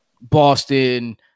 Boston